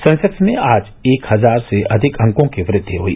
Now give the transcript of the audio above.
Sensex में आज एक हजार से अधिक अंकों की वृद्धि हई